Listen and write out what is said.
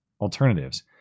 alternatives